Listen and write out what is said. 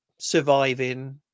surviving